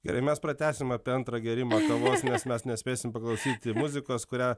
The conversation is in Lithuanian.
gerai mes pratęsime apie antrą gėrimą kavos nes mes nespėsim paklausyti muzikos kurią